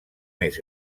més